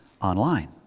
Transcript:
online